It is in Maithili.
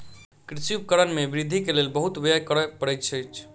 कृषि उपकरण में वृद्धि के लेल बहुत व्यय करअ पड़ैत अछि